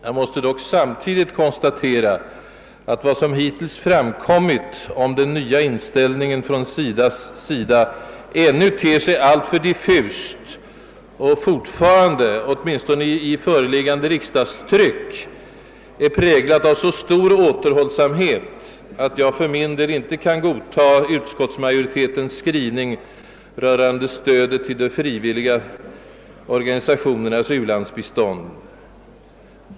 Jag måste dock samtidigt konstatera, att vad som hittills framkommit om den nya inställningen på SIDA håll ännu ter sig alltför diffust och fortfarande — åtminstone i föreliggande riksdagstryck — är präglat av så stor återhållsamhet, att jag för min del inte kan godta utskottsmajoritetens skrivning rörande stödet till de frivilliga organisationernas u-landsbistånd.